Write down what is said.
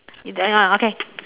you hang on okay